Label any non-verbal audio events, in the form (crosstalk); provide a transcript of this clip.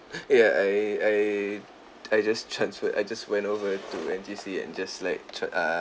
(breath) ya I I I just transferred I just went over to N_T_U_C and just like tr~ err